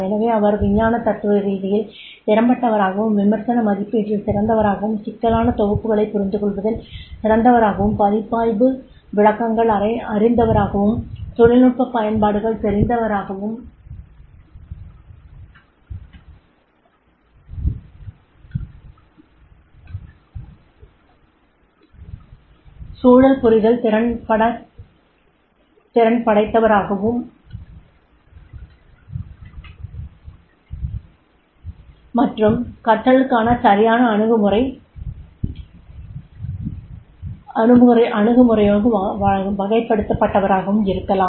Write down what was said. எனவே அவர் விஞ்ஞான தத்துவ ரீதியில் திறம்பட்டவாராகவும் விமர்சன மதிப்பீட்டில் சிறந்தவராகவும் சிக்கலான தொகுப்புகளைப் புரிந்துகொள்வதில் சிறந்தவராகவும் பகுப்பாய்வு விளக்கங்கள் அறிந்தவராகவும் தொழில்நுட்ப பயன்பாடுகள் தெரிந்தவராகவும் சூழல் புரிதல் திறன்படைத்தவாராகவும் மற்றும் கற்றலுக்கான சரியான அணுகுமுறையோடு வகைப்படுத்தபட்டவராகவும் இருக்கலாம்